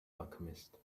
alchemist